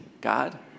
God